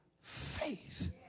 faith